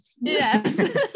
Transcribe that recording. Yes